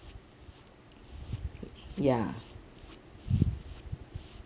yeah